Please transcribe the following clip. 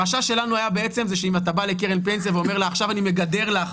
החשש שלנו היה שאם אתה בא לקרן פנסיה ואומר לה: עכשיו אני מגדר לך